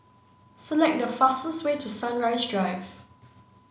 select the fastest way to Sunrise Drive